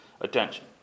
attention